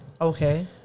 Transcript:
Okay